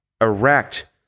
Erect